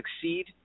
succeed